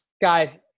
Guys